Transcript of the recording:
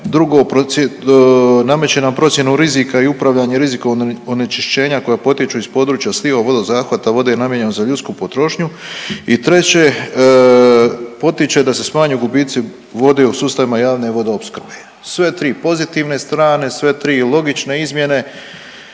drugo nameće nam procjenu rizika i upravljanje rizikom onečišćenja koja potječu iz područja slivo vodozahvata vode namijenjene za ljudsku potrošnju i treće potiče da se smanje gubici vode u sustavima javne vodoopskrbe. Sve tri pozitivne strane, sve tri logične izmjene,